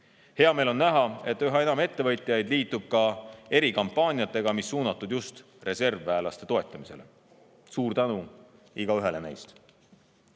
Hea meel on näha, et üha enam ettevõtjaid liitub ka erikampaaniatega, mis on suunatud just reservväelaste toetamisele. Suur tänu igaühele neist!